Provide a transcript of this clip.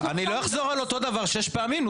אני לא אחזור על כל דבר שש פעמים.